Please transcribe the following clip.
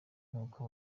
nuko